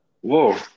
Whoa